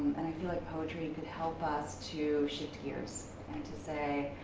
and i feel like poetry could help us to shift gears and to say,